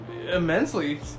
Immensely